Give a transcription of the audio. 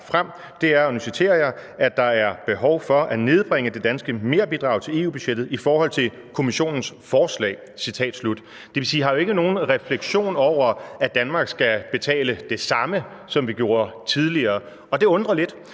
Det vil jo sige, at der ikke er nogen refleksion over, at Danmark skal betale det samme, som vi gjorde tidligere, og det undrer lidt.